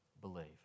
believe